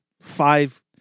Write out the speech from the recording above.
five